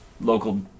local